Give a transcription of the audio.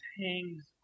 hangs